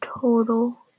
total